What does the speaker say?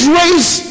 race